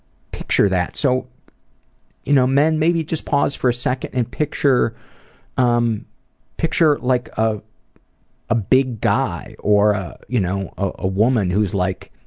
picture that so you know men maybe just pause for a second and picture um picture like ah a big guy or ah you know a woman who's like